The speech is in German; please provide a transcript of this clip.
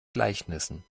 gleichnissen